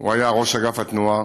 היה ראש אגף התנועה.